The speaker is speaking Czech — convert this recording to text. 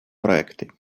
projekty